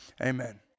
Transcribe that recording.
Amen